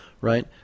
Right